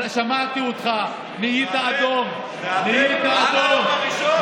שמעתי אותך/ נהיית אדום, נהיית אדום.